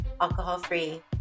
alcohol-free